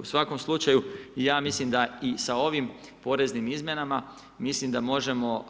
U svakom slučaju, ja mislim da i sa ovim poreznim izmjenama, mislim da možemo